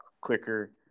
quicker